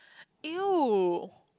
!eww!